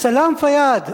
"סלאם פיאד",